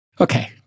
Okay